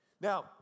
Now